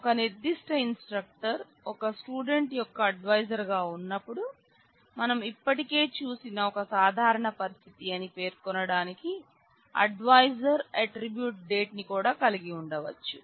ఒక నిర్ధిష్ట ఇన్స్ట్రక్టర్ ఒక స్టూడెంట్ యొక్క అడ్వైజర్ గా ఉన్నప్పుడు మనం ఇప్పటికే చూసిన ఒక సాధారణ పరిస్థితి అని పేర్కొనడానికి అడ్వైజర్ ఆట్రిబ్యూట్ డేట్ ని కూడా కలిగి ఉండవచ్చు